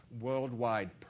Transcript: worldwide